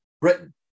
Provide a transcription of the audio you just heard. Britain